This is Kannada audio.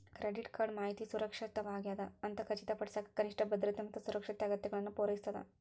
ಕ್ರೆಡಿಟ್ ಕಾರ್ಡ್ ಮಾಹಿತಿ ಸುರಕ್ಷಿತವಾಗ್ಯದ ಅಂತ ಖಚಿತಪಡಿಸಕ ಕನಿಷ್ಠ ಭದ್ರತೆ ಮತ್ತ ಸುರಕ್ಷತೆ ಅಗತ್ಯತೆಗಳನ್ನ ಪೂರೈಸ್ತದ